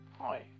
Hi